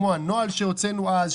כמו הנוהל שהוצאנו אז,